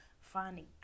finding